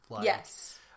Yes